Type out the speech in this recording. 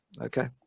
Okay